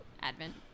Advent